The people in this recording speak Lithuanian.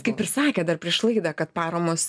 kaip ir sakėt dar prieš laidą kad paramos